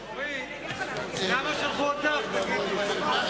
אורית, למה שלחו אותך, תגידי?